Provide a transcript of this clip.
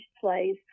plays